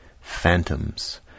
Phantoms